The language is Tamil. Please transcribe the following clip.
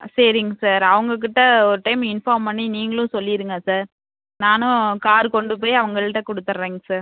சரிங்க சார் அவங்கக்கிட்ட ஒரு டைம் இன்ஃபார்ம் பண்ணி நீங்களும் சொல்லிருங்க சார் நானும் கார் கொண்டு போய் அவங்கள்ட்ட கொடுத்தட்றேங்க சார்